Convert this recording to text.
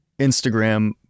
Instagram